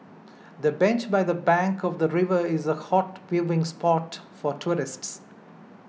the bench by the bank of the river is a hot viewing spot for tourists